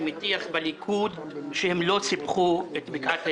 שמטיח בליכוד שהם לא סיפחו את בקעת הירדן.